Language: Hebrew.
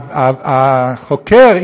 והחוקר,